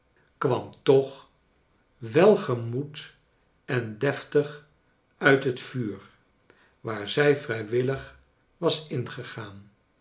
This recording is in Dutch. kwam toch welgemoed en deftig uit het vuur waar zij vrijwillig was ingegaan